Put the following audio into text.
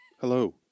Hello